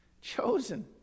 Chosen